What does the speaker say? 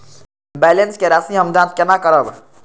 Balance के राशि हम जाँच केना करब?